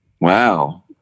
Wow